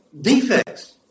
defects